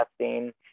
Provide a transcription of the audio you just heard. testing